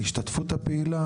ההשתתפות הפעילה,